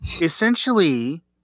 essentially